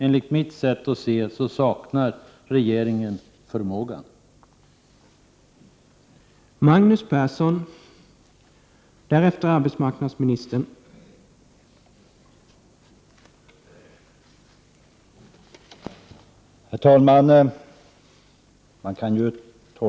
Enligt mitt sätt att se saknar regeringen tyvärr förmåga i detta avseende.